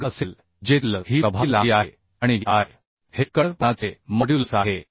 वर्ग असेल जेथे L ही प्रभावी लांबी आहे आणि E I हे कडकपणाचे मॉड्युलस आहे